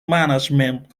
management